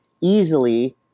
easily